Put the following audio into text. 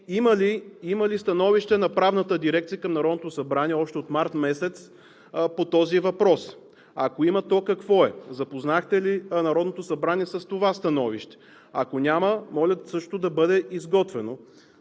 Има ли становище на Правната дирекция към Народното събрание още от месец март по този въпрос? Ако има, то какво е? Запознахте ли Народното събрание с това становище? Ако няма, моля също да бъде изготвено